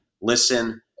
Listen